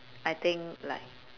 I think like